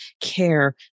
care